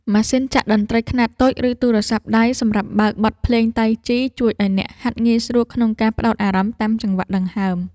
ម៉ាស៊ីនចាក់តន្ត្រីខ្នាតតូច ឬទូរស័ព្ទដៃសម្រាប់បើកបទភ្លេងតៃជី ជួយឱ្យអ្នកហាត់ងាយស្រួលក្នុងការផ្ដោតអារម្មណ៍តាមចង្វាក់ដង្ហើម។